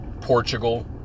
Portugal